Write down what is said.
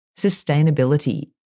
Sustainability